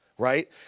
Right